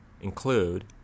include